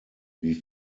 wie